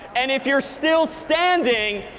and if you're still standing,